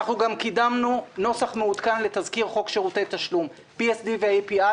גם קידמנו נוסח מעודכן לתזכיר חוק שירותי תשלום PSD ו-API,